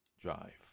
drive